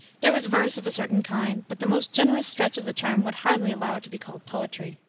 there was verse of a certain kind, but the most generous stretch of the term would hardly allow it to be called poetry.